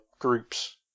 groups